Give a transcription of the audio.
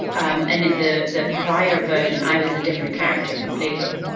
um and in the the prior version, i was a different character completely.